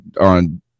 on –